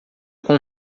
com